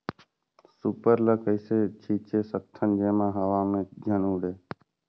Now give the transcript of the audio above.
Super ल कइसे छीचे सकथन जेमा हवा मे झन उड़े?